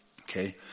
okay